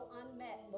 unmet